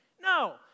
No